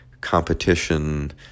competition